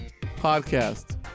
podcast